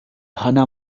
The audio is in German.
hanna